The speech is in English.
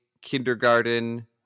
kindergarten